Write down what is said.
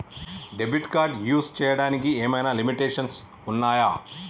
Debit card use చేయడానికి ఏమైనా limitations ఉన్నాయా?